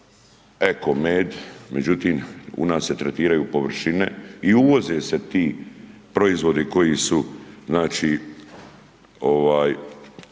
eko med, međutim u nas se tretiraju površine i uvoze se ti proizvodi koji su kontaminirani